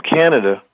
Canada